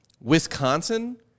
Wisconsin